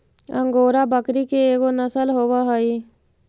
angora बकरी के एगो नसल होवऽ हई